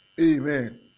amen